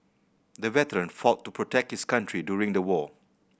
the veteran fought to protect his country during the war